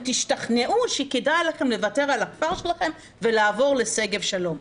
תשתכנעו שכדאי לכם לוותר על הכפר שלכם ולעבור לשגב שלום.